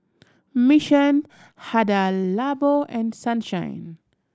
Mission Hada Labo and Sunshine